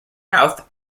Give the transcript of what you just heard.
mouth